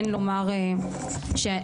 כן לומר למשטרה,